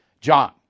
John